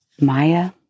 Maya